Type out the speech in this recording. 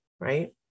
right